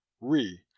Re